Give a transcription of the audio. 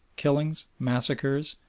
killings, massacres,